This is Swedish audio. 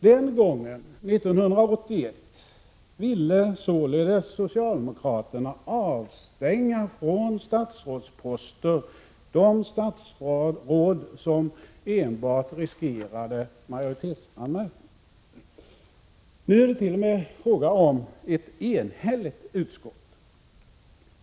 Den gången, 1981, ville således socialdemokraterna avstänga från statsrådsposter de statsråd som enbart riskerade majoritetsanmärkning. Nu är det t.o.m. fråga om ett enigt utskott.